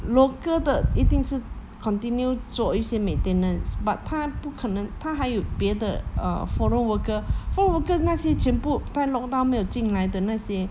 local 的一定是 continue 做一些 maintenance but 他不可能他还有别的 err foreign worker foreign worker 那些全部在 lockdown 没有进来的那些